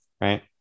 Right